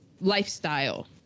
lifestyle